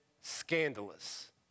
scandalous